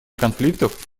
конфликтов